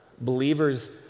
believers